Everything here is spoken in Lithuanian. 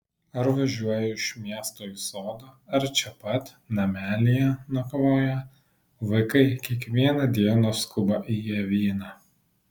ar važiuoja iš miesto į sodą ar čia pat namelyje nakvoja vaikai kiekvieną dieną skuba į ievyną